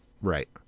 Right